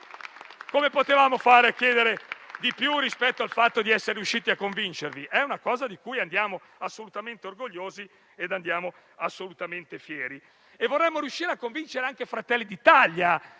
Come potevamo fare a chiedere di più rispetto al fatto di essere riusciti a convincervi? È una cosa di cui andiamo assolutamente orgogliosi e fieri. Vorremmo riuscire a convincere anche i colleghi